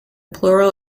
plural